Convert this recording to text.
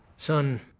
son,